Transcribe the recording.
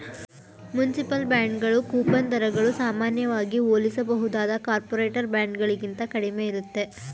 municipal ಬಾಂಡ್ಗಳು coupon ದರಗಳು ಸಾಮಾನ್ಯವಾಗಿ ಹೋಲಿಸಬಹುದಾದ ಕಾರ್ಪೊರೇಟರ್ ಬಾಂಡ್ಗಳಿಗಿಂತ ಕಡಿಮೆ ಇರುತ್ತೆ